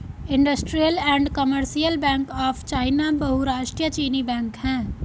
industrial and commercial bank of China बहुराष्ट्रीय चीनी bank है